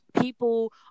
people